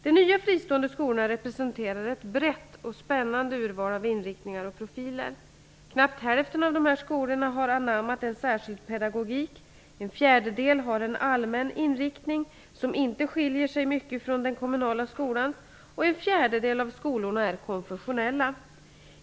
De nya fristående skolorna representerar ett brett och spännande urval av inriktningar och profiler. Knappt hälften av dessa skolor har anammat en särskild pedagogik, en fjärdedel har en allmän inriktning, som inte skiljer sig mycket från den kommunala skolans, och en fjärdedel av skolorna är konfessionella.